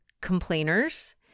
complainers